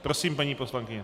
Prosím, paní poslankyně.